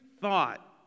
thought